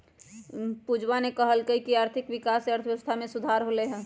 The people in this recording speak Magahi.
पूजावा ने कहल कई की आर्थिक विकास से अर्थव्यवस्था में सुधार होलय है